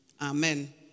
Amen